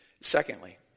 Secondly